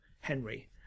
Henry